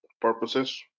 purposes